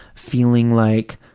feeling like